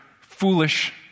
foolish